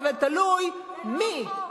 אבל תלוי מי,